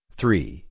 three